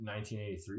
1983